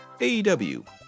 AEW